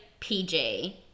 PJ